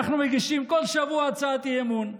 אנחנו מגישים כל שבוע הצעת אי-אמון,